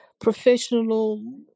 professional